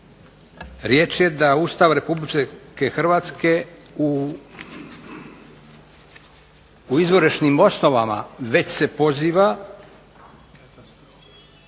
riječ je da Ustav RH u izvorišnim osnovama već se poziva